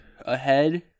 ahead